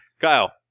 Kyle